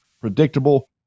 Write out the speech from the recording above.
Predictable